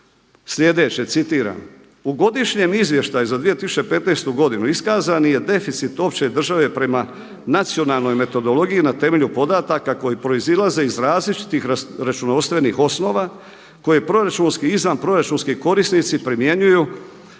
sljedeće, citiram: „U Godišnjem izvještaju za 2015. godinu iskazani je deficit opće države prema nacionalnoj metodologiji na temelju podataka koji proizlaze iz različitih računovodstvenih osnova koje proračunski i izvanproračunski korisnici primjenjuju